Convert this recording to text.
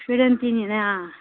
شُرٮ۪ن تہِ نِنۍ آ